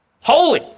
holy